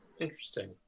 interesting